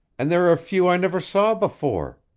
and there are a few i never saw before.